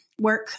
work